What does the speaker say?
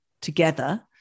together